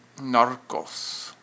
Narcos